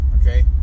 Okay